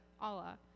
Allah